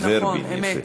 אמת.